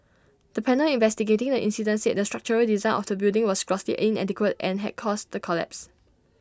the panel investigating the incident said the structural design of the building was grossly inadequate and had caused the collapse